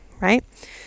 right